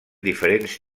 diferents